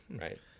right